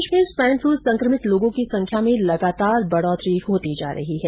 प्रदेष में swine flu संक्रमित लोगों की संख्या में लगातार बढोतरी होती जा रही है